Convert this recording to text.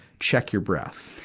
check your breath.